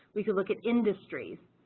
we could look at industries.